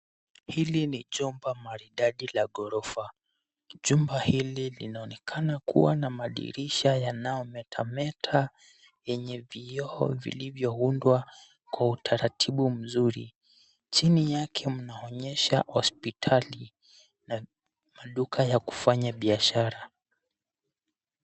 Hili ni chumba maridadi la ghorofa. Chumba hili linaonekana kuwa na madirisha yanayometameta yenye vioo vilivyoundwa kwa utaratibu mzuri. Chini yake mnaonyesha hospitali na maduka ya kufanya biashara.